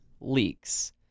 leaks